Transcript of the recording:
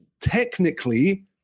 Technically